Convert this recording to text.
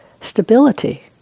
stability